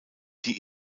die